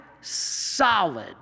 solid